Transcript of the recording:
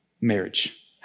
marriage